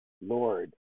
Lord